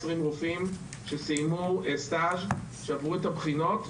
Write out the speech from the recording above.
רופאים שסיימו סטאז' ושעברו את הבחינות,